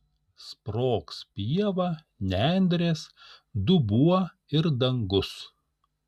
sprogs pieva nendrės dubuo ir dangus